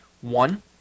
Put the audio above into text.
One